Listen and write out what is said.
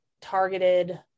targeted